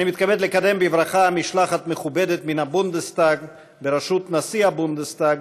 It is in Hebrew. אני מתכבד לקדם בברכה משלחת מכובדת מהבונדסטאג בראשות נשיא הבונדסטאג,